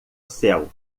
céu